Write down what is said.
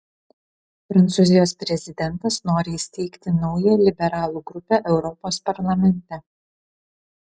prancūzijos prezidentas nori įsteigti naują liberalų grupę europos parlamente